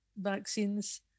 vaccines